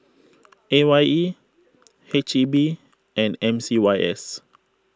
A Y E H E B and M C Y S